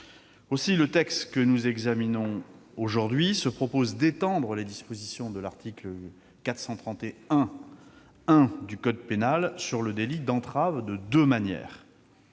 Aussi, le texte que nous examinons aujourd'hui prévoit d'étendre les dispositions de l'article 431-1 du code pénal sur le délit d'entrave, de deux manières